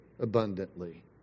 abundantly